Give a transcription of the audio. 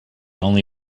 only